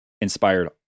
inspired